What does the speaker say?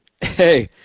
Hey